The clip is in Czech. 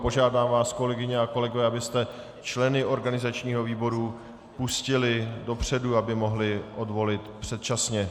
Požádám vás, kolegyně a kolegové, abyste členy organizačního výboru pustili dopředu, aby mohli odvolit předčasně.